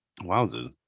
Wowzers